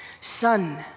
Son